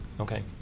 Okay